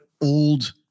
old